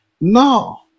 no